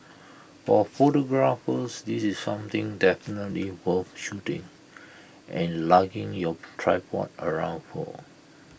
for photographers this is something definitely worth shooting and lugging your tripod around for